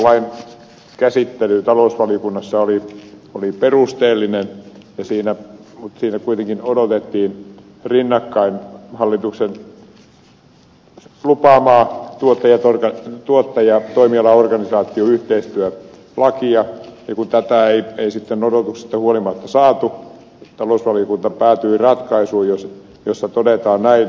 kilpailulain käsittely talousvaliokunnassa oli perusteellinen mutta siinä kuitenkin odotettiin rinnakkain hallituksen lupaamaa tuottaja ja toimialaorganisaatioyhteistyölakia ja kun tätä ei odotuksista huolimatta saatu talousvaliokunta päätyi ratkaisuun jossa todetaan näin